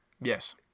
Yes